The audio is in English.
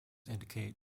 indicate